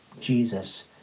Jesus